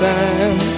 time